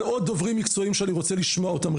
עוד דוברים מקצועיים שאני רוצה לשמוע אותם.